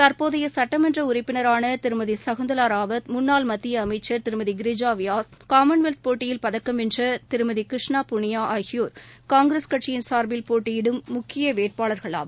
தற்போதைய சுட்டமன்ற உறுப்பினரான திருமதி சகுந்தலா ராவத் முன்னாள் மத்திய அமைச்சர் திருமதி கிரிஜா வியாஸ் காமன்வெல்த் போட்டியில் பதக்கம் வென்ற திருமதி கிருஷ்ணபுனியா ஆகியோர் காங்கிரஸ் கட்சியின் சார்பில் போட்டியிடும் முக்கிய வேட்பாளர்கள் ஆவர்